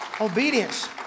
Obedience